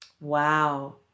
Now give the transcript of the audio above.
Wow